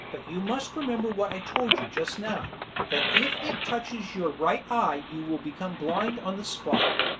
but you must remember what i told you just now that if it touches your right eye you will become blind on the spot.